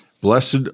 Blessed